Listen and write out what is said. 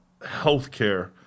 healthcare